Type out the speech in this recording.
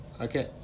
Okay